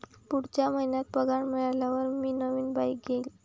पुढच्या महिन्यात पगार मिळाल्यावर मी नवीन बाईक घेईन